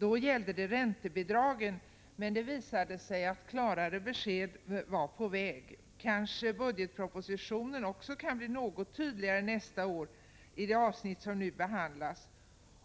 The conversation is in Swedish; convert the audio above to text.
Då gällde det räntebidragen, men det visade sig att klarare besked var på väg. Kanske budgetpropositionen också kan bli något tydligare nästa år i det avsnitt som nu behandlas.